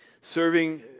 serving